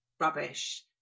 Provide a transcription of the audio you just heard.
rubbish